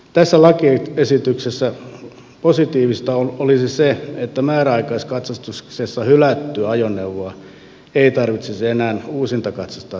tässä lakiesityksessä positiivista olisi se että määräaikaiskatsastuksessa hylättyä ajoneuvoa ei tarvitsisi enää uusintakatsastaa samassa paikassa